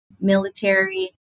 military